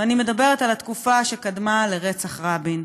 ואני מדברת על התקופה שקדמה לרצח רבין.